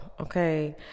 Okay